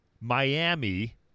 Miami